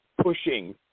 pushing